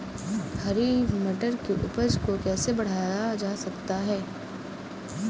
हरी मटर की उपज को कैसे बढ़ाया जा सकता है?